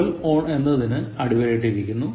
travel on എന്നതിന് അടിവരയിട്ടിരിക്കുന്നു